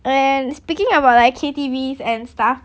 when speaking about like K_T_V's and stuff